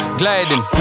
gliding